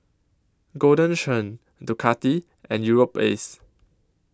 Golden Churn Ducati and Europace